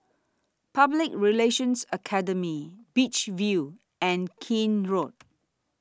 Public Relations Academy Beach View and Keene Road